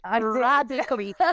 radically